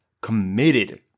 committed